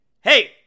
hey